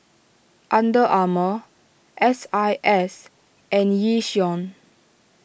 Under Armour S I S and Yishion